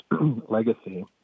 legacy